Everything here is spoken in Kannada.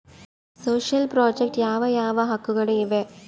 ಸೋಶಿಯಲ್ ಪ್ರಾಜೆಕ್ಟ್ ಯಾವ ಯಾವ ಹಕ್ಕುಗಳು ಇವೆ?